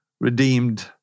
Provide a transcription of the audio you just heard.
redeemed